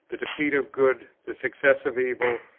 the defeat of good, the success of evil,